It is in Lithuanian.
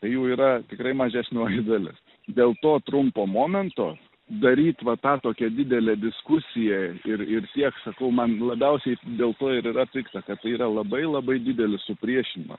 jų yra tikrai mažesnioji dalis dėl to trumpo momento daryt va tą tokią didelę diskusiją ir ir tiek sakau man labiausiai dėl to ir yra pikta kad tai yra labai labai didelis supriešinimas